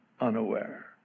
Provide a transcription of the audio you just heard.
unaware